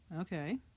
okay